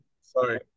Sorry